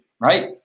right